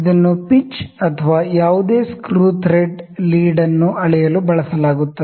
ಇದನ್ನು ಪಿಚ್ ಅಥವಾ ಯಾವುದೇ ಸ್ಕ್ರೂ ಥ್ರೆಡ್ ಲೀಡ್ ನ್ನು ಅಳೆಯಲು ಬಳಸಲಾಗುತ್ತದೆ